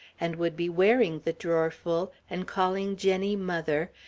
and would be wearing the drawerful and calling jenny mother,